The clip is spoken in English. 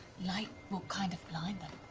light will kind of blind them.